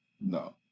No